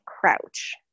Crouch